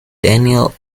daniel